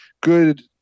good